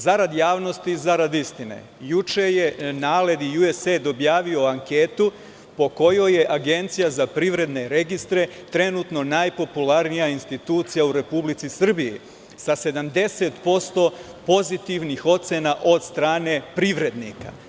Zarad javnosti i zarad istine, juče je NALED i USAID objavio anketu po kojoj je Agencija za privredne registre trenutno najpopularnija institucija u Republici Srbiji, sa 70% pozitivnih ocena od strane privrednika.